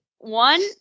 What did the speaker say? One